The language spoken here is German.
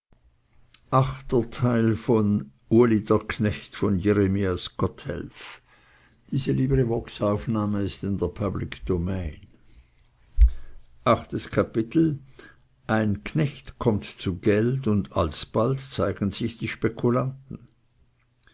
nach achtes kapitel ein knecht kommt zu geld und alsbald zeigen sich die spekulanten